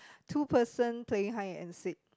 two person playing hide and seek